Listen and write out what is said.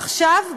עכשיו,